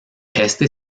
este